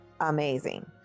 Amazing